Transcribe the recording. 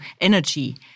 energy